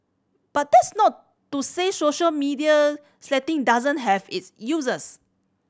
but that's not to say social media doesn't have its uses